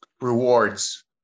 rewards